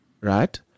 right